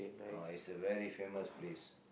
uh is a very famous place